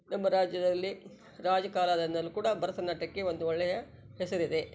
ನಮ್ಮ ರಾಜ್ಯದಲ್ಲಿ ರಾಜರ ಕಾಲದಿಂದಲೂ ಕೂಡ ಭರತನಾಟ್ಯಕ್ಕೆ ಒಂದು ಒಳ್ಳೆಯ ಹೆಸರಿದೆ